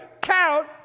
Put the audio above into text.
Count